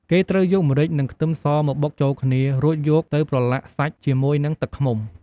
គេត្រូវយកម្រេចនិងខ្ទឹមសមកបុកចូលគ្នា រួចយកទៅប្រឡាក់សាច់ជាមួយនឹងទឹកឃ្មុំ។